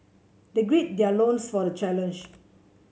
they gird their loins for the challenge